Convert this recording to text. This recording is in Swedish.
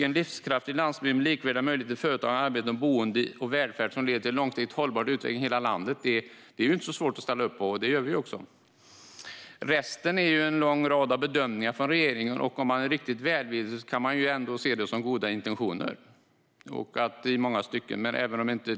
"En livskraftig landsbygd med likvärdiga möjligheter till företagande, arbete, boende och välfärd som leder till en långsiktigt hållbar utveckling i hela landet" - det är ju inte svårt att ställa upp på, och det gör vi också. Resten är en lång rad av bedömningar från regeringens sida. Om man är riktigt välvillig kan man se det som goda intentioner i många stycken.